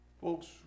Folks